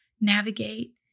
navigate